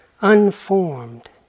unformed